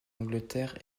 angleterre